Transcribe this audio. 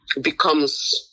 becomes